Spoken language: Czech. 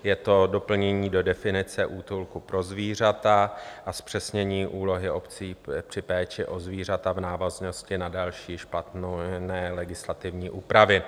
Je to doplnění do definice útulku pro zvířata a zpřesnění úlohy obcí při péči o zvířata v návaznosti na další špatné (?) legislativní úpravy.